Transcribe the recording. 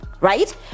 right